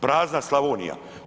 Prazna Slavonija.